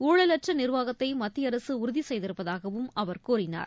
ஊழலற்ற நிர்வாகத்தை மத்திய அரசு உறுதி செய்திருப்பதாகவும் அவர் கூறினார்